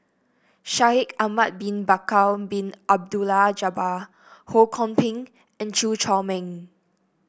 Shaikh Ahmad Bin Bakar Bin Abdullah Jabbar Ho Kwon Ping and Chew Chor Meng